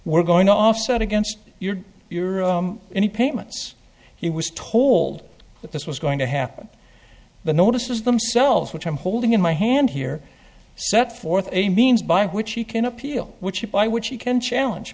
we're going to offset against your any payments he was told that this was going to happen the notices themselves which i'm holding in my hand here set forth a means by which he can appeal which by which he can challenge